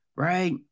Right